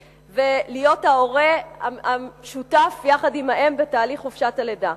ולהיות ההורה השותף יחד עם האם בתהליך חופשת הלידה,